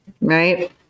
right